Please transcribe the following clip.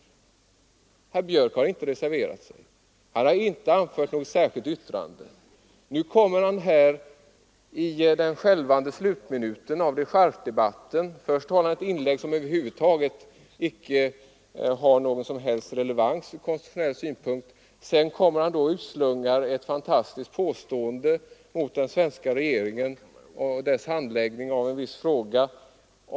Herr Björck har inte reserverat sig, och han har inte avgivit något särskilt yttrande. Först håller han här ett anförande som icke har någon relevans från konstitutionell synpunkt, och sedan kommer han i dechargedebattens slutminuter och utslungar ett fantastiskt påstående beträffande den svenska regeringens handläggning av en viss fråga.